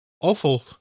awful